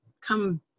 come